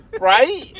right